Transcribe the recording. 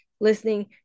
listening